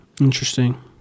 Interesting